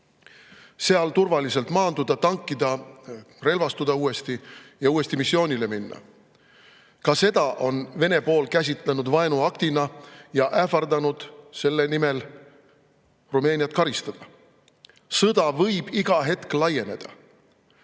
seal turvaliselt maanduda, tankida, relvastuda ja uuesti missioonile minna. Ka seda on Vene pool käsitlenud vaenuaktina ja ähvardanud selle eest Rumeeniat karistada. Sõda võib iga hetk laieneda.